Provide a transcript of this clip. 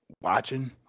watching